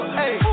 hey